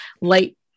light